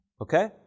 Okay